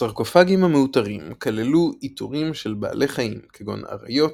הסרקופגים המעוטרים כללו עיטורים של בעלי חיים כגון אריות,